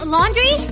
Laundry